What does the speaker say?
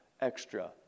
extra